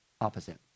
opposite